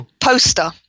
poster